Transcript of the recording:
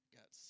Got